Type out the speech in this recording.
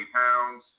pounds